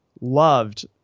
loved